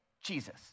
Jesus